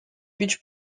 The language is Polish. bić